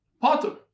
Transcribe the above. Potter